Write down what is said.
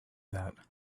that